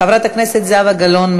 חברת הכנסת זהבה גלאון,